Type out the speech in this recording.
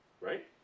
right